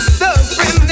suffering